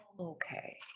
Okay